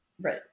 Right